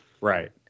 Right